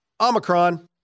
Omicron